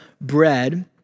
bread